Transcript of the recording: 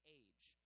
age